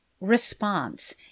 response